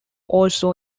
also